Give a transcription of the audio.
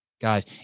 God